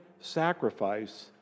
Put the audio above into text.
sacrifice